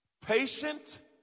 Patient